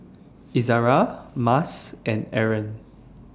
Izzara Mas and Aaron